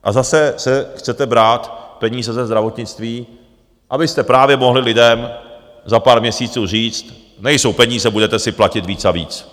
A zase chcete brát peníze ze zdravotnictví, abyste právě mohli lidem za pár měsíců říct: nejsou peníze, budete si platit víc a víc.